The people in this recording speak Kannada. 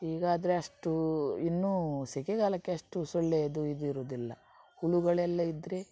ಈಗ ಆದರೆ ಅಷ್ಟು ಇನ್ನೂ ಸೆಕೆ ಕಾಲಕ್ಕೆ ಅಷ್ಟು ಸೊಳ್ಳೆಯದು ಇದು ಇರುವುದಿಲ್ಲ ಹುಳುಗಳೆಲ್ಲ ಇದ್ದರೆ